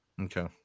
Okay